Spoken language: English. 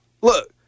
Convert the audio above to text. look